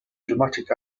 dramatic